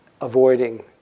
avoiding